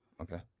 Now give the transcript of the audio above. Okay